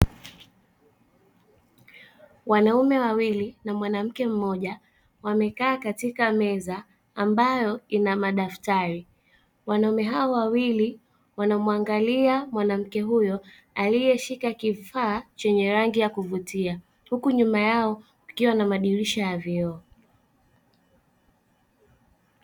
Wanaume wawili na mwanamke mmoja wamekaa katika meza ambayo ina madaftari, wanaume hao wawili wanamuangalia mwanamke huyo aliyeshika kifaa chenye rangi ya kuvutia huku nyuma yao kukiwa na madirisha ya vioo.